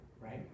right